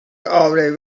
already